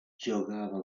giocava